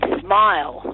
smile